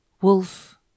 Wolf